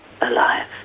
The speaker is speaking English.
alive